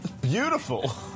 beautiful